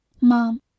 Mom